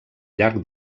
llarg